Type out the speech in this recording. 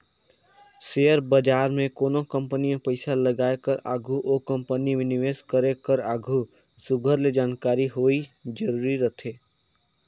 share बजार में कोनो कंपनी में पइसा लगाए कर आघु ओ कंपनी में निवेस करे कर आघु सुग्घर ले जानकारी होवई जरूरी रहथे